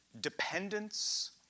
dependence